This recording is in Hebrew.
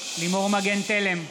לימור מגן תלם,